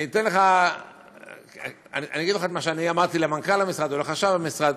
אגיד לך מה שאמרתי למנכ"ל המשרד או לחשב המשרד: